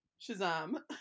shazam